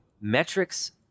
metrics